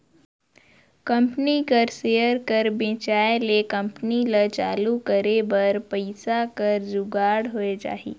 company कर share कर बेंचाए ले कंपनी ल चालू करे बर पइसा कर जुगाड़ होए जाही